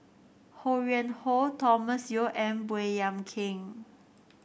Ho Yuen Hoe Thomas Yeo and Baey Yam Keng